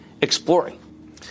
exploring